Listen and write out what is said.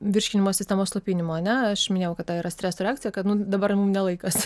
virškinimo sistemos slopinimu ar ne aš minėjau kad tai yra streso reakcija kad nu dabar mum ne laikas